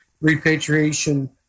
repatriation